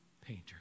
painter